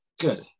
Good